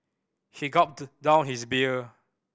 he gulped down his beer